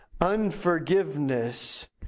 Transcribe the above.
Unforgiveness